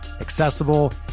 accessible